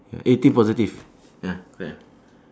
eh think positive ya correct